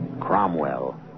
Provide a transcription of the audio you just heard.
Cromwell